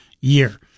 year